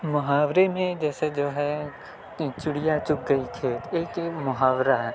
محاورے میں جیسے جو ہے چڑیا چگ گئی کھیت ایک یہ محاورہ ہے